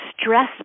stress